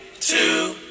two